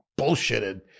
bullshitted